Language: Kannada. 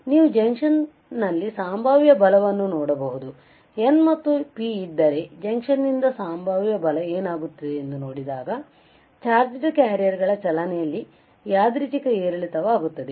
ನೀವು ಜಂಕ್ಷನ್ನಲ್ಲಿ ಸಂಭಾವ್ಯ ಬಲವನ್ನು ನೋಡಬಹುದು N ಮತ್ತು P ಇದ್ದರೆ ಜಂಕ್ಷನ್ನಿಂದ ಸಂಭಾವ್ಯ ಬಲ ಏನಾಗುತ್ತದೆ ಎಂದು ನೋಡಿದಾಗ ಚಾರ್ಜ್ಡ್ ಕ್ಯಾರಿಯರ್ಗಳ ಚಲನೆಯಲ್ಲಿ ಯಾದೃಚ್ಛಿಕ ಏರಿಳಿತವಾಗುತ್ತದೆ